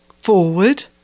Forward